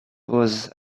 was